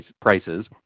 prices